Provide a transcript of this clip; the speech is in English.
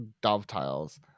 dovetails